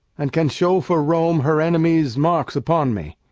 and can show for rome her enemies' marks upon me.